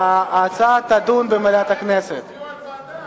ההצעה תידון במליאת הכנסת.